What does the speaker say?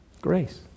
Grace